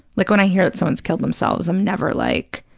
like, when i hear that someone's killed themselves, i'm never like,